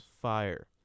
fire